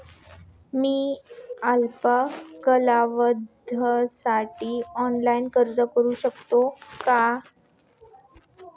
मी अल्प कालावधीसाठी ऑनलाइन अर्ज करू शकते का?